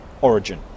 origin